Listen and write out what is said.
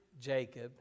Jacob